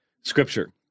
scripture